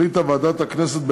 החליטה ועדת הכנסת,